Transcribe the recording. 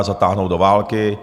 Zatáhnout do války.